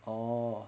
orh